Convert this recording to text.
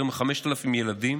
יותר מ-5,000 ילדים